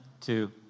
two